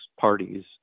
parties